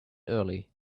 early